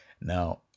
Now